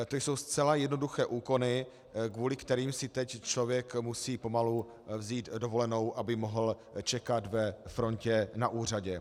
To jsou zcela jednoduché úkony, kvůli kterým si teď člověk musí pomalu vzít dovolenou, aby mohl čekat ve frontě na úřadě.